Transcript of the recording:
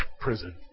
prison